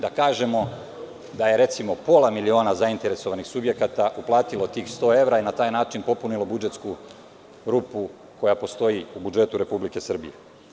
Da kažemo da je, recimo, pola miliona zainteresovanih subjekata uplatilo tih 100 evra i na taj način popunilo budžetsku rupu koja postoji u budžetu Republike Srbije.